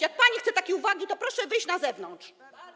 Jak pani chce takie uwagi, to proszę wyjść na zewnątrz.